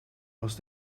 was